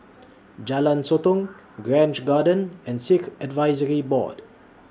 Jalan Sotong Grange Garden and Sikh Advisory Board